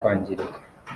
kwangirika